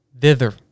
thither